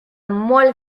mal